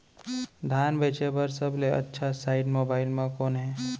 धान बेचे बर सबले अच्छा साइट मोबाइल म कोन हे?